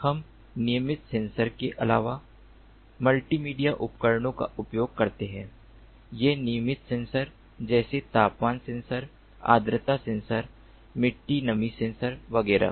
हम नियमित सेंसर के अलावा मल्टीमीडिया उपकरणों का उपयोग करते हैं ये नियमित सेंसर जैसे तापमान सेंसर आर्द्रता सेंसर मिट्टी नमी सेंसर वगैरह